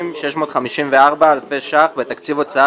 של 1,302,654 אלפי ש"ח בתקציב הוצאה